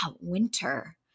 winter